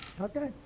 Okay